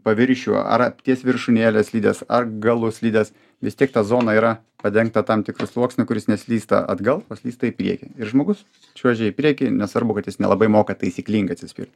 paviršių ar ties viršūnėle slidės ar galus slidės vis tiek ta zona yra padengta tam tikru sluoksniu kuris neslysta atgal o slysta į priekį ir žmogus čiuožia į priekį nesvarbu kad jis nelabai moka taisyklingai atsispirt